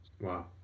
wow